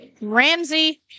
Ramsey